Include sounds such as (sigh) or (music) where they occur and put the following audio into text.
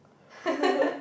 (laughs)